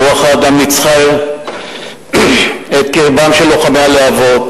רוח האדם ניצחה את קרבם של לוחמי הלהבות.